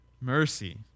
mercy